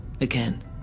Again